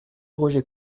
roger